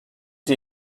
die